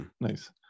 nice